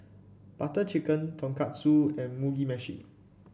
Butter Chicken Tonkatsu and Mugi Meshi